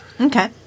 Okay